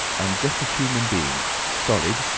i am just a human being solid,